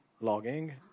logging